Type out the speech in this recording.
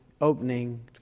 opening